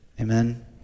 Amen